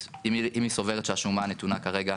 אם היא סוברת שהשומה הנתונה כרגע,